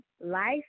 life